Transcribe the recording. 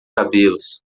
cabelos